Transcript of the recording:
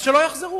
אז שלא יחזרו.